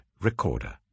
recorder